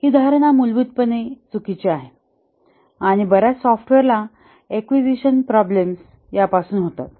ही धारणा मूलभूतपणे चुकीची आहे आणि बर्याच सॉफ्टवेअर ला एकवेसिशन प्रॉब्लेम यापासून होतात